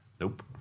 nope